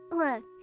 Look